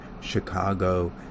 Chicago